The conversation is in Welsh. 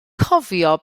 cofio